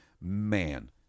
Man